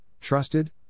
trusted